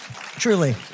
Truly